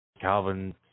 Calvin